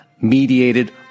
mediated